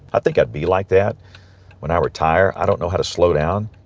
i think i'd be like that when i retire. i don't know how to slow down